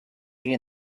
you